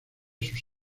sus